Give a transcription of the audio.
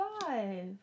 five